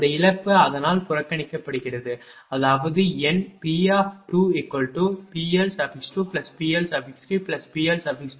அந்த இழப்பு அதனால் புறக்கணிக்கப்படுகிறது அதாவது என் P2PL2PL3PL40